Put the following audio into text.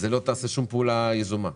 היא לא תעשה שום פעולה יזומה.